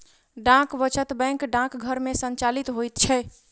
डाक वचत बैंक डाकघर मे संचालित होइत छै